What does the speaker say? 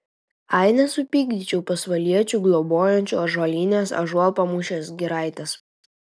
ai nesupykdyčiau pasvaliečių globojančių ąžuolynės ąžuolpamūšės giraitės